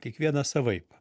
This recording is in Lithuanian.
kiekvienas savaip